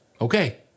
okay